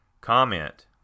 Comment